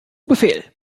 befehl